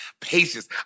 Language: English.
patience